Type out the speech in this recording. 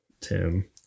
Tim